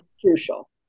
crucial